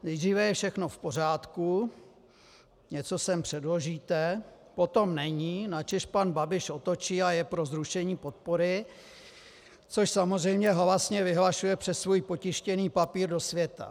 Nejdříve je všechno v pořádku, něco sem předložíte, potom není, načež pan Babiš otočí a je pro zrušení podpory, což samozřejmě halasně vyhlašuje přes svůj potištěný papír do světa.